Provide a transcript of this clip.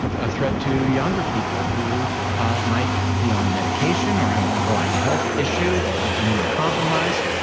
a threat to younger people who might be on medication, or have an underlying health issue, or be immunocompromised.